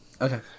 okay